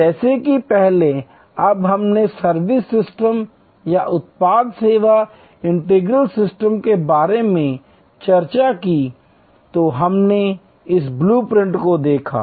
जैसा कि पहले जब हमने सर्विस सिस्टम या उत्पाद सेवा इंटीग्रल सिस्टम के बारे में चर्चा की तो हमने इस ब्लू प्रिंट को देखा